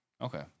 Okay